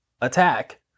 attack